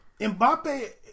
Mbappe